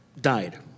died